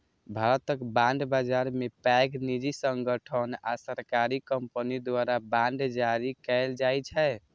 भारतक बांड बाजार मे पैघ निजी संगठन आ सरकारी कंपनी द्वारा बांड जारी कैल जाइ छै